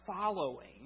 following